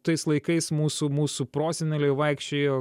tais laikais mūsų mūsų proseneliai vaikščiojo